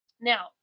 now